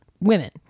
women